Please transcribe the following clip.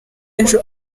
ejo